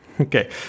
Okay